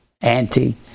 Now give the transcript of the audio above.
anti